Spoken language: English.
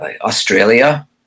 Australia